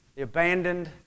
abandoned